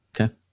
Okay